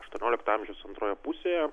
aštuoniolikto amžiaus antroje pusėje